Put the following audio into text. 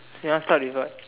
you want to start with what